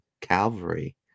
Calvary